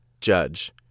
Judge